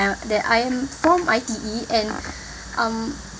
that I am from I_T_E and um